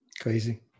crazy